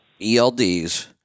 ELDs